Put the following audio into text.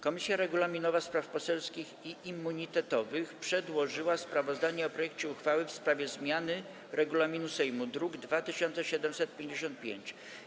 Komisja Regulaminowa, Spraw Poselskich i Immunitetowych przedłożyła sprawozdanie o poselskim projekcie uchwały w sprawie zmiany Regulaminu Sejmu, druk nr 2755.